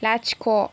लाथिख'